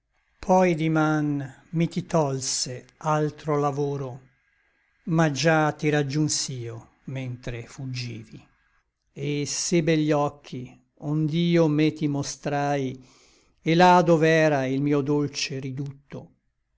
poi di man mi ti tolse altro lavoro ma già ti raggiuns'io mentre fuggivi e se begli occhi ond'io me ti mostrai et là dov'era il mio dolce ridutto